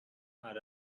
our